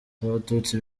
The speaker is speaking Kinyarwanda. abatutsi